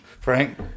Frank